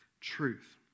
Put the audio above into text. Truth